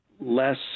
less